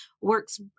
works